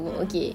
mm ah